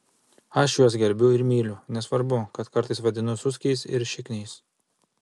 aš juos gerbiu ir myliu nesvarbu kad kartais vadinu suskiais ir šikniais